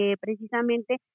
precisamente